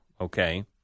okay